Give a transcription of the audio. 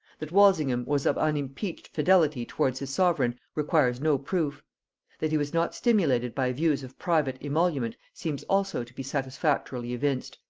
that walsingham was of unimpeached fidelity towards his sovereign requires no proof that he was not stimulated by views of private emolument seems also to be satisfactorily evinced,